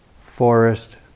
forest